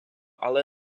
але